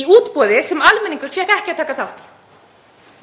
í útboði sem almenningur fékk ekki að taka þátt